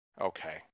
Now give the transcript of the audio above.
Okay